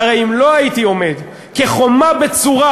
הרי אם לא הייתי עומד כחומה בצורה